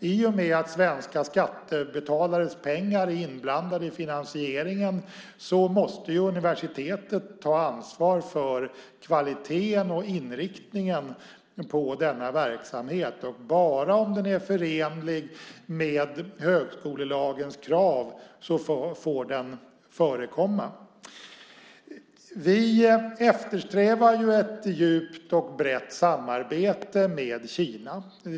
I och med att svenska skattebetalares pengar är inblandade i finansieringen måste universitetet ta ansvar för kvaliteten och inriktningen på denna verksamhet. Den får bara förekomma om den är förenlig med högskolelagens krav. Vi eftersträvar ju ett djupt och brett samarbete med Kina.